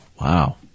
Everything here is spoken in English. Wow